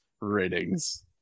ratings